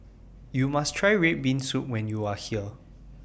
YOU must Try Red Bean Soup when YOU Are here